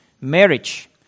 marriage